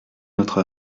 notre